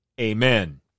Amen